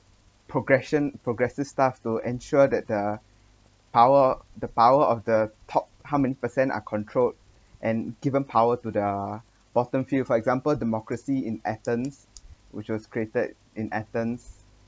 progression progressive stuff to ensure that the power the power of the top how many percent are controlled and given power to the bottom field for example democracy in athens which was created in athens